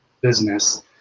business